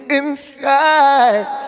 inside